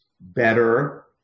better